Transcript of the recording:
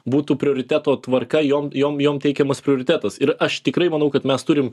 būtų prioriteto tvarka jom jom jom teikiamas prioritetas ir aš tikrai manau kad mes turim